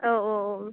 औ औ औ